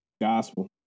Gospel